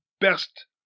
best